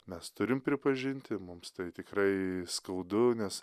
mes turim pripažinti mums tai tikrai skaudu nes